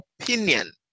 opinion